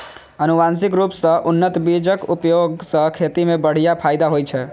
आनुवंशिक रूप सं उन्नत बीजक उपयोग सं खेती मे बढ़िया फायदा होइ छै